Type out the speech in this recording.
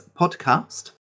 Podcast